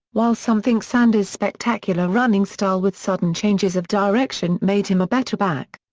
while some think sanders' spectacular running style with sudden changes of direction made him a better back.